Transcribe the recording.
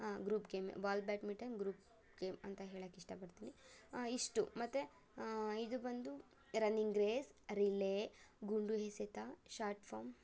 group ಗೇಮೆ ball badminton group game ಅಂತ ಹೇಳಕ್ಕಿಷ್ಟಪಡ್ತೀನಿ ಇಷ್ಟು ಮತ್ತೆ ಇದು ಬಂದು ರನ್ನಿಂಗ್ ರೇಸ್ ರಿಲೇ ಗುಂಡು ಎಸೆತ ಶಾಟ್ ಫಾರ್ಮ್